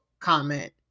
comment